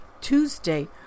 Tuesday